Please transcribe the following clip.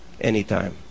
anytime